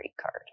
card